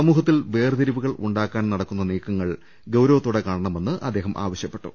സമൂഹത്തിൽ വേർതിരിവുകൾ ഉണ്ടാക്കാൻ നടക്കുന്ന നീക്കങ്ങൾ ഗൌരവത്തോടെ കാണണമെന്ന് അദ്ദേഹം ആവശ്യപ്പെട്ടു